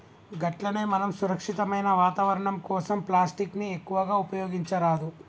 గట్లనే మనం సురక్షితమైన వాతావరణం కోసం ప్లాస్టిక్ ని ఎక్కువగా ఉపయోగించరాదు